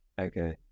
Okay